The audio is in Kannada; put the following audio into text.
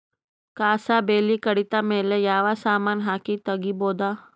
ಕಸಾ ಬೇಲಿ ಕಡಿತ ಮೇಲೆ ಯಾವ ಸಮಾನ ಹಾಕಿ ತಗಿಬೊದ?